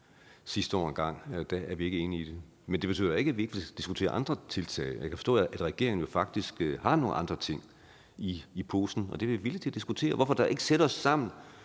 sidste år ikke er enige i det. Men det betyder jo ikke, at vi ikke vil diskutere andre tiltag, og jeg kan forstå, at regeringen faktisk har nogle andre ting i posen, og det er vi villige til at diskutere. Hvorfor da ikke sætte os sammen